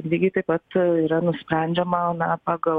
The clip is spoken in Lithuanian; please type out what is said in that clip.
lygiai taip pat yra nusprendžiama na pagal